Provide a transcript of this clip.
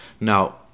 now